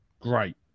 great